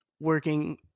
working